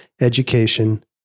Education